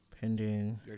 Pending